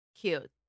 Cute